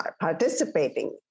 participating